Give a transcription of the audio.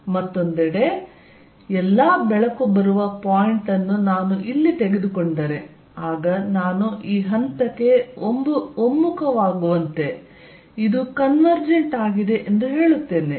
ಮತ್ತೊಂದೆಡೆ ಎಲ್ಲಾ ಬೆಳಕು ಬರುವ ಪಾಯಿಂಟ್ ಅನ್ನು ನಾನು ಇಲ್ಲಿ ತೆಗೆದುಕೊಂಡರೆ ಆಗ ನಾನು ಈ ಹಂತಕ್ಕೆ ಒಮ್ಮುಖವಾಗುವಂತೆ ಇದು ಕನ್ವೆರ್ಜೆಂಟ್ ಆಗಿದೆ ಎಂದು ಹೇಳುತ್ತೇನೆ